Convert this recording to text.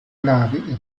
navi